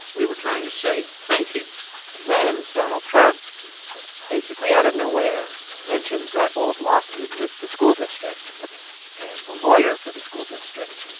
we were trying to say thank you and then donald trump sort of basically out of nowhere mentions that old lawsuit with the school district um and the lawyer for the school district,